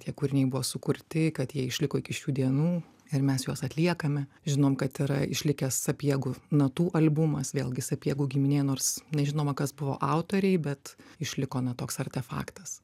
tie kūriniai buvo sukurti kad jie išliko iki šių dienų ir mes juos atliekame žinom kad yra išlikęs sapiegų natų albumas vėlgi sapiegų giminė nors nežinoma kas buvo autoriai bet išliko na toks artefaktas